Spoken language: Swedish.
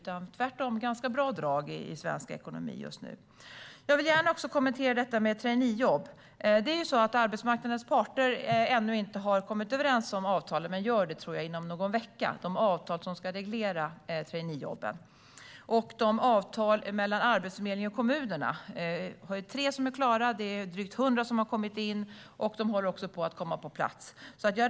Tvärtom är det ganska bra drag i svensk ekonomi just nu. Jag vill gärna kommentera detta med traineejobb. Det är ju så att arbetsmarknadens parter ännu inte har kommit överens om de avtal som ska reglera traineejobben. Jag tror att de gör det inom någon vecka. Av avtalen mellan Arbetsförmedlingen och kommunerna är tre klara. Drygt 100 har kommit in, och de är på väg att komma på plats.